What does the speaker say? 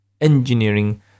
engineering